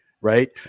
right